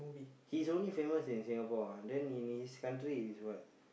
he's only famous in Singapore ah then in his country is what